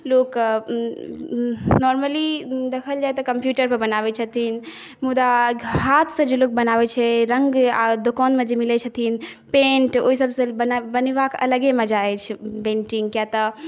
लोक नारमली देखल जाइ तऽ कम्प्यूटरपर बनाबै छथिन मुदा हाथसँ जे लोग बनाबै छै रङ्ग आओर दोकानमे जे मिलै छथिन पेन्ट ओहि सबसँ बनेबाक अलगे मजा होइ छै पेन्टिङ्ग किएकतँ